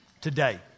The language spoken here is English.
today